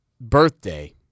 birthday